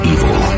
Evil